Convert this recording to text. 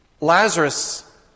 Lazarus